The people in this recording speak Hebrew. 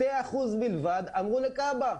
2% בלבד אמרו לכב"א.